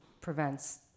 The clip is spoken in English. prevents